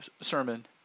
sermon